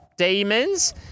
Demons